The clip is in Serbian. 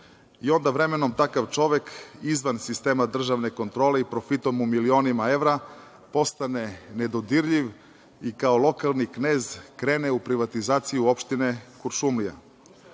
Onda vremenom, takav čovek izvan sistema državne kontrole i profitom u milionima evra postane nedodirljiv i kao lokalni knez krene u privatizaciju opštine Kuršumlija. Tako